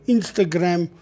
Instagram